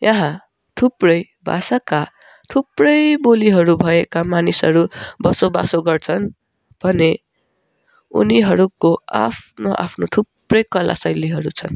यहाँ थुप्रै भाषाका थुप्रै बोलीहरू भएका मानिसहरू बसोबासो गर्छन् भने उनीहरूको आ आफ्नो आफ्नो थुप्रै कला शैलीहरू छन्